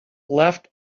left